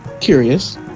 Curious